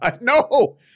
No